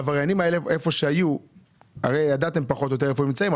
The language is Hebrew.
האלה נמצאים,